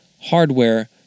hardware